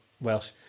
Welsh